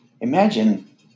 Imagine